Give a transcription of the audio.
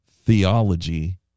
theology